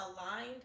aligned